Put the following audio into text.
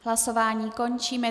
Hlasování končím.